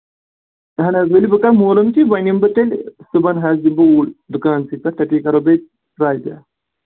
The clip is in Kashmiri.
اہن حظ ؤلِو بہٕ کَرٕ مولوٗم تہِ وۄنۍ یِمہٕ بہٕ تیٚلہِ صُبحن حظ دِمہٕ بہٕ اوٗرۍ دُکانسٕے پٮ۪ٹھ تٔتی کَرو بیٚیہِ ٹراے تہِ